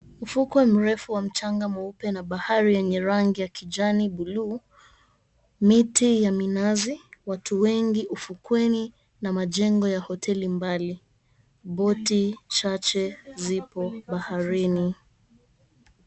Ufukwe mrefu wa mchanga mweupe na bahari yenye rangi ya kijani buluu, miti ya minazi, watu wengi ufukweni na majengo ya hoteli mbali. Boti chache zipo baharini.